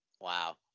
Wow